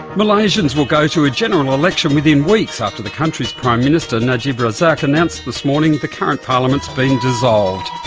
malaysians will go to a general election within weeks after the country's prime minister najib razak announced this morning the current parliament has been dissolved.